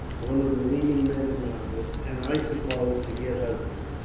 one of the leading men in madras and, i suppose, to get husbands,